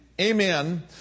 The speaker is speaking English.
amen